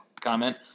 comment